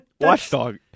Watchdog